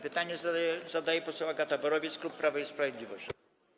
Pytanie zadaje poseł Agata Borowiec, klub Prawo i Sprawiedliwość.